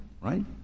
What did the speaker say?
right